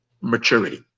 maturity